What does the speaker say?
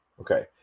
Okay